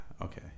okay